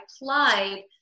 applied